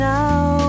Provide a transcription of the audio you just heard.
now